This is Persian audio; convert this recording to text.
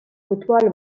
فوتبال